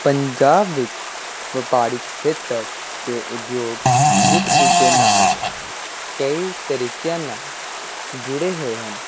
ਪੰਜਾਬ ਵਿੱਚ ਵਪਾਰਿਕ ਖੇਤਰ ਅਤੇ ਉਦਯੋਗ ਇੱਕ ਦੂਜੇ ਨਾਲ ਕਈ ਤਰੀਕਿਆਂ ਨਾਲ ਜੁੜੇ ਹੋਏ ਹਨ